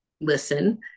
listen